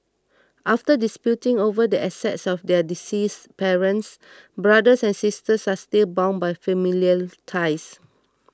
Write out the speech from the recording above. after disputing over the assets of their deceased parents brothers and sisters are still bound by familial ties